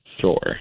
Sure